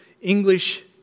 English